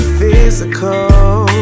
physical